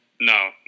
No